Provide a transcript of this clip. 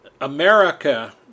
America